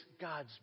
God's